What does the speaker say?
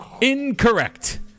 Incorrect